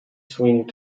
swing